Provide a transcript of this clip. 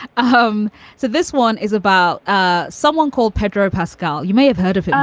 um so this one is about ah someone called pedro pascal you may have heard of him.